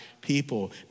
people